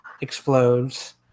explodes